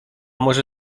może